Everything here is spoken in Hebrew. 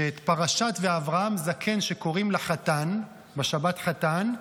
את פרשת ואברהם זקן שקוראים לחתן בשבת חתן,